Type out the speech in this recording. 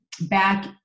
back